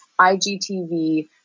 IGTV